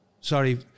Sorry